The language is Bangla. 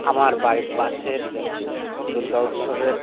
আমার বাড়ির পাশের দুর্গা উৎসবের